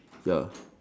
ya